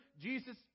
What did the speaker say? Jesus